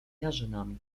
jarzynami